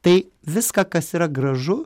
tai viską kas yra gražu